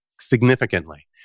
significantly